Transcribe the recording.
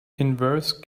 inverse